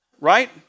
right